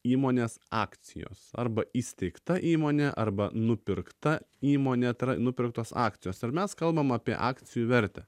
įmonės akcijos arba įsteigta įmonė arba nupirkta įmonė tai yra nupirktos akcijos tai yra mes kalbam apie akcijų vertę